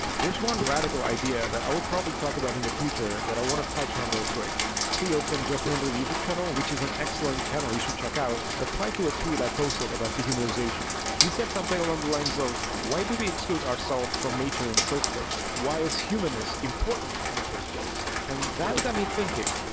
there's one radical idea that i will probably talk about in the future that i want to touch on real quick. theo from just wondering youtube channel, which is an excellent channel you should check out, replied to a tweet i posted about dehumanization. he said something along the lines of why do we exclude ourselves from nature in the first place? why is humanness important in the first place? and that got me thinking.